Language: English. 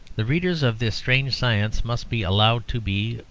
the readers of this strange science must be allowed to be,